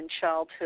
Childhood